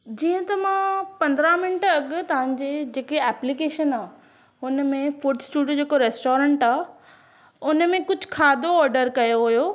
जीअं त मां पंदरहां मिंट अॻु तव्हांजे जेकी एप्लिकेशन आहे उन में फूड स्टूडियो जेको रेस्टॉरंट आहे उन में कुझु खाधो ऑडरु कयो हुओ